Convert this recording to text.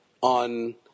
on